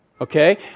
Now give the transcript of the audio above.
okay